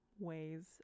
ways